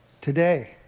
today